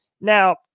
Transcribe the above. Now